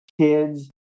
kids